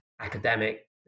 academic